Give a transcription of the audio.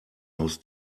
aus